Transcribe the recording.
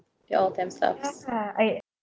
they are all temp staffs